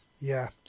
Yeah